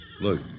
Look